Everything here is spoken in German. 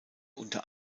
unter